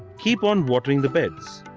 keep on watering the beds.